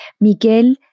Miguel